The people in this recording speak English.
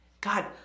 God